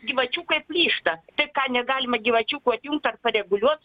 gyvačiukai plyšta tai ką negalima gyvačiukų atjungt ar pareguliuot